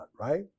right